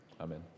amen